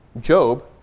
Job